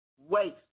waste